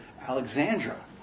Alexandra